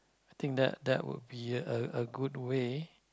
I think that that would be a a good way